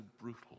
brutal